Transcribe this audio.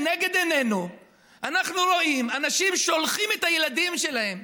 לנגד עינינו אנחנו רואים שאנשים שולחים את הילדים שלהם,